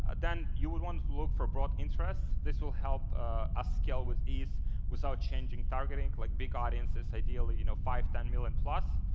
ah then you would want to look for broad interests. this will help us scale with ease without changing targeting, like big audiences ideally, you know five, ten million plus.